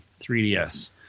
3DS